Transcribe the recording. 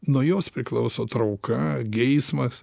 nuo jos priklauso trauka geismas